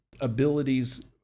abilities